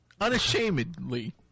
Unashamedly